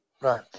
Right